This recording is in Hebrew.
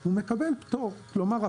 כלומר,